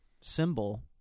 symbol